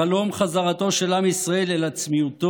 חלום חזרתו של עם ישראל אל עצמיותו,